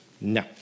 No